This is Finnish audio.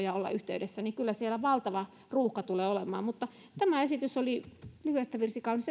ja olla yhteydessä sinne te toimistoon joten kyllä siellä valtava ruuhka tulee olemaan tämä esitys oli lyhyestä virsi kaunis